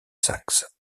saxe